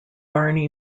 barney